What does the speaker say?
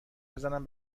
بزنم